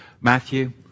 Matthew